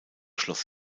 schloss